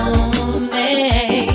lonely